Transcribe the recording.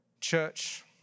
Church